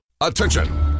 Attention